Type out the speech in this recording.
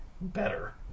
better